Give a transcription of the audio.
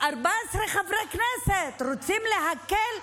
14 חברי כנסת רוצים להקל.